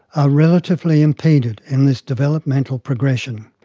ah relatively impeded in this developmental progression.